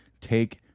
take